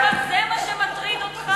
זה מה שמטריד אותך?